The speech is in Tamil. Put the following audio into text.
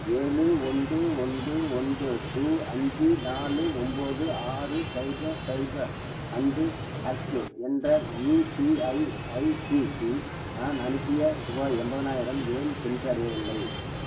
ஏழு ஒன்று ஒன்று ஒன்று டூ அஞ்சு நாலு ஒம்பது ஆறு சைபர் சைபர் அண்டு அச் என்ற யுபிஐ ஐடிக்கு நான் அனுப்பிய ருபாய் எண்பதனாயிரம் ஏன் சென்றடையவில்லை